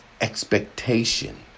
expectation